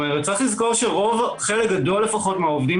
חלק גדול מהעובדים